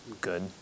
good